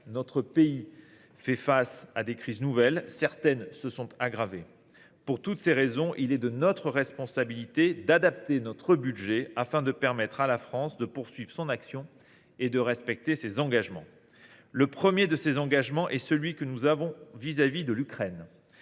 Notre pays a fait face à des crises nouvelles, certaines se sont aggravées. Pour toutes ces raisons, il est de notre responsabilité d’adapter notre budget afin de permettre à la France de poursuivre son action et de respecter ses engagements. Le premier de ces engagements est celui que nous avons vis à vis de l’Ukraine.